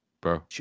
bro